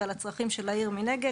ועל הצרכים של העיר מנגד,